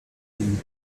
die